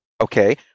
Okay